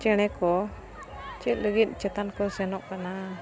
ᱪᱮᱬᱮ ᱠᱚ ᱪᱮᱫ ᱞᱟᱹᱜᱤᱫ ᱪᱮᱛᱟᱱ ᱠᱚ ᱥᱮᱱᱚᱜ ᱠᱟᱱᱟ